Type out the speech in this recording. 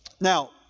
Now